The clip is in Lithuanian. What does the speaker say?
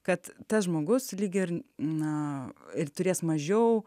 kad tas žmogus lyg ir na ir turės mažiau